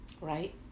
right